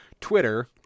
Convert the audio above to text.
Twitter